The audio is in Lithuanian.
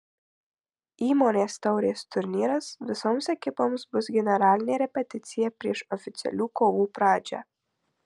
įmonės taurės turnyras visoms ekipoms bus generalinė repeticija prieš oficialių kovų pradžią